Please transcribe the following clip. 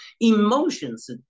Emotions